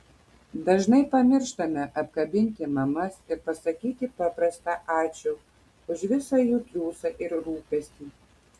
dažnai pamirštame apkabinti mamas ir pasakyti paprastą ačiū už visą jų triūsą ir rūpestį